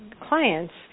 clients